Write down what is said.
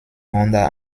honda